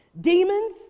Demons